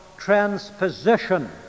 Transposition